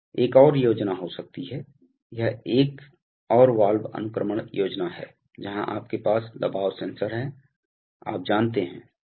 एक और योजना हो सकती है यह एक और वाल्व अनुक्रमण योजना है जहां आपके पास दबाव सेंसर है आप जानते हैं